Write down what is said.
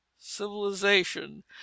civilization